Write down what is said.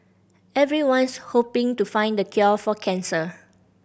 everyone's hoping to find the cure for cancer